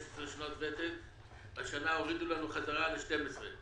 שנות ותק והשנה הורידו לנו בחזרה ל-12 שנות ותק.